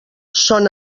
són